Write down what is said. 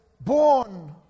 born